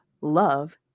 love